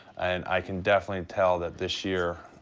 and i can definitely tell that this year,